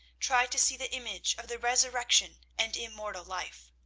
try to see the image of the resurrection and immortal life.